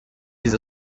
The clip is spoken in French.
les